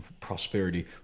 prosperity